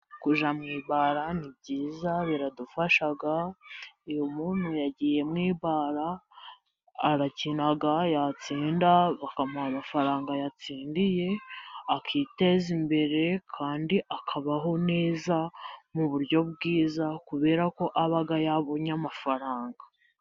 Kujya mu ibara ni byiza biradufasha . Iyo umuntu yagiye mu ibara ,arakina ,yatsinda bakamuha amafaranga yatsindiye ,akiteza imbere kandi akabaho neza mu buryo bwiza ,kubera ko aba yabonye amafaranga.